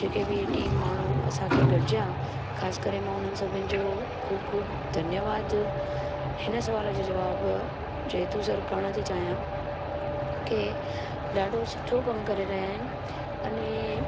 जेके बि टीम माण्हू असांखे गॾजिया ख़ासि करे मां उन्हनि सभिनि जो ख़ूब ख़ूब धन्यवाद हिन सवाल जे जवाब जे हेतु करण थी चाहियां के ॾाढो सुठो कमु करे रहियां आहिनि अने